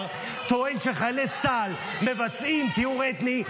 טען שחיילי צה"ל מבצעים טיהור אתני,